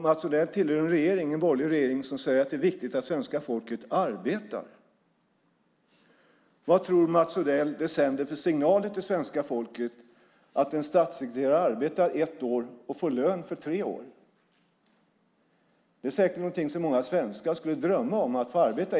Mats Odell tillhör en borgerlig regering som säger att det är viktigt att svenska folket arbetar. Vad tror Mats Odell att det sänder för signaler till svenska folket att en statssekreterare arbetar i ett år och får lön för tre år? Det är säkert någonting som många svenskar skulle drömma om att få göra.